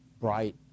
bright